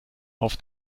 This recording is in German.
auf